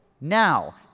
Now